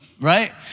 right